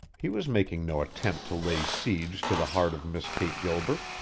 he was making no attempt to lay siege to the heart of miss kate gilbert.